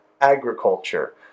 agriculture